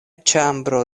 ĉambro